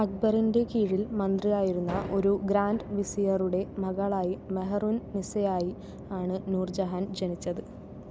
അക്ബറിന്റെ കീഴിൽ മന്ത്രിയായിരുന്ന ഒരു ഗ്രാൻഡ് വിസ്റിയാരുടെ മകളായി മെഹർ ഉൻ നിസ്സയായി ആണ് നൂർ ജഹാൻ ജനിച്ചത്